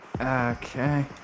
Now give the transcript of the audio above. Okay